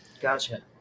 gotcha